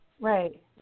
Right